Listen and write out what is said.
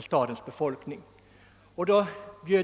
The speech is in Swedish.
stadens befolkning.